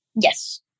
Yes